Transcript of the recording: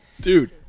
Dude